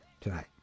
tonight